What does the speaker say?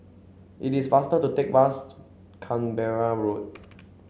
it is faster to take bus to Canberra Road